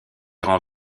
rend